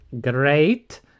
great